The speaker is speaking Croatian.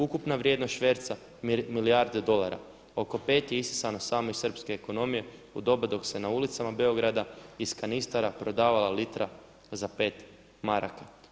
Ukupna vrijednost šverca milijarde dolara, oko pet je isisano samo iz srpske ekonomije u doba dok se na ulicama Beograda iz kanistara prodavala litra za pet maraka“